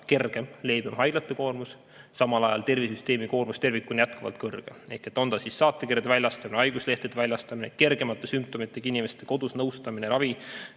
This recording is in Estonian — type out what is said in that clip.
kergem haiglate koormus, samal ajal tervishoiusüsteemi koormus tervikuna on jätkuvalt kõrge, on ta siis saatekirjade väljastamine, haiguslehtede väljastamine või kergemate sümptomitega inimeste kodus nõustamine ja ravi,